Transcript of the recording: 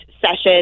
sessions